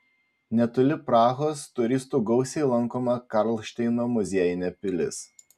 netoli prahos turistų gausiai lankoma karlšteino muziejinė pilis